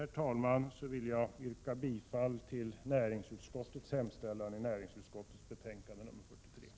Med det anförda vill jag yrka bifall till hemställan i näringsutskottets betänkande 43.